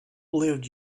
lived